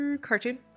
cartoon